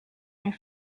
and